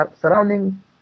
surrounding